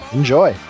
enjoy